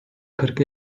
kırkı